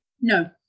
No